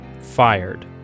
Fired